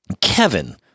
Kevin